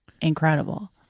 incredible